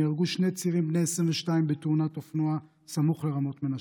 נהרגו שני צעירים בני 22 בתאונת אופנוע סמוך לרמות מנשה.